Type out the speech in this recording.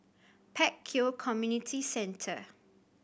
Pek Kio Community Centre